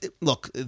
look